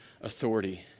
authority